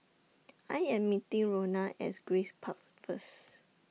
I Am meeting Ronna At Grace Park First